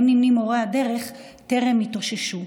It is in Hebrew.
שעימם נמנים מורי הדרך, טרם התאוששו.